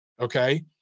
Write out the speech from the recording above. okay